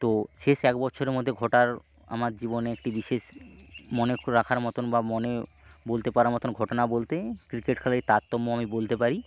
তো শেষ এক বছরের মধ্যে ঘটার আমার জীবনে একটি বিশেষ মনে রাখার মতো বা মনে বলতে পারার মতন ঘটনা বলতে ক্রিকেট খেলার এই তারতম্য আমি বলতে পারি